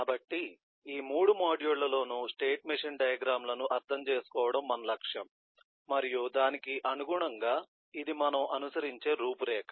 కాబట్టి ఈ 3 మాడ్యూళ్ళ లోను స్టేట్ మెషిన్ డయాగ్రమ్ లను అర్థం చేసుకోవడం మన లక్ష్యం మరియు దానికి అనుగుణంగా ఇది మనము అనుసరించే రూపురేఖ